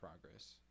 progress